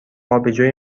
آبجوی